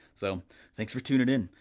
so thanks for tuning in,